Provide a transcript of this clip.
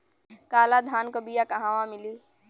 काला धान क बिया कहवा मिली?